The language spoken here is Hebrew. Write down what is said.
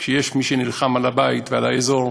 כשיש מי שנלחם על הבית ועל האזור,